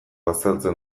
azaltzen